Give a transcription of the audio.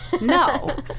no